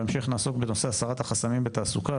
בהמשך נעסוק בנושא הסרת החסמים בתעסוקה,